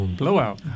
blowout